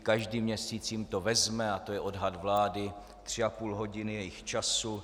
Každý měsíc jim to vezme, a to je odhad vlády, tři a půl hodiny jejich času.